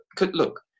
Look